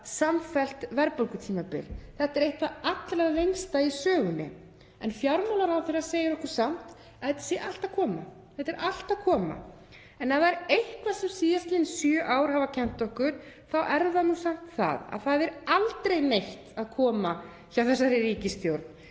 samfellt verðbólgutímabil. Þetta er eitt það allra lengsta í sögunni. En fjármálaráðherra segir okkur samt að þetta sé allt að koma. Þetta er allt að koma. En ef það er eitthvað sem síðastliðin sjö ár hafa kennt okkur þá er það nú samt það að það er aldrei neitt að koma hjá þessari ríkisstjórn